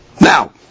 Now